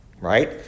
right